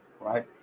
right